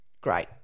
Great